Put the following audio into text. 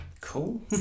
cool